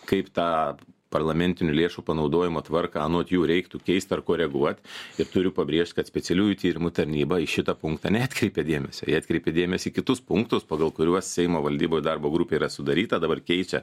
kaip tą parlamentinių lėšų panaudojimo tvarką anot jų reiktų keist ar koreguot ir turiu pabrėžt kad specialiųjų tyrimų tarnyba į šitą punktą neatkreipė dėmesio ji atkreipė dėmesį į kitus punktus pagal kuriuos seimo valdyboj darbo grupė yra sudaryta dabar keičia